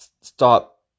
stop